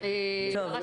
ככל שאני מבינה,